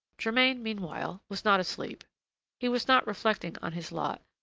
germain, meanwhile, was not asleep he was not reflecting on his lot,